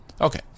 Okay